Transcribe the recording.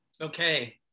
Okay